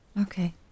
Okay